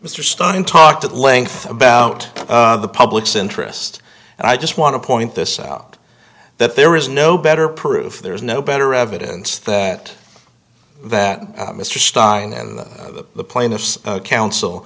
mr starr and talked at length about the public's interest and i just want to point this out that there is no better proof there is no better evidence that that mr stein and the plaintiff's counsel